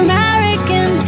American